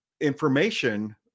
information